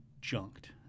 junked